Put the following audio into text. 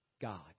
God